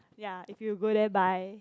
ya if you go there buy